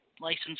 license